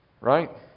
Right